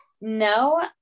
No